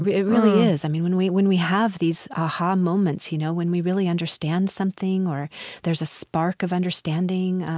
it really is. i mean, when we when we have these aha moments, you know, when we really understand something or there's a spark of understanding,